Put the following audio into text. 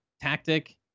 tactic